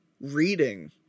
reading